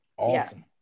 Awesome